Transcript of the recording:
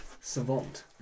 savant